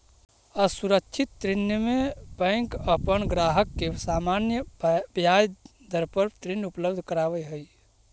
असुरक्षित ऋण में बैंक अपन ग्राहक के सामान्य ब्याज दर पर ऋण उपलब्ध करावऽ हइ